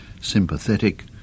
sympathetic